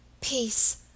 Peace